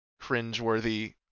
cringeworthy